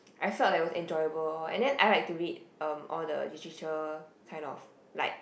I felt that it was enjoyable and then I like to read um all the Literature kind of like